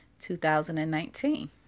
2019